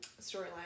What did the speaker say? storyline